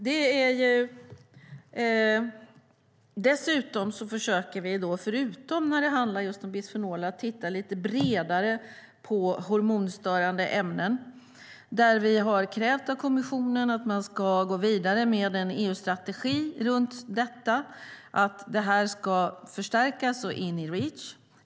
Förutom bisfenol försöker vi titta lite bredare på hormonstörande ämnen. Där har vi krävt att kommissionen ska gå vidare med en EU-strategi och att det här ska förstärkas och komma in i Reach.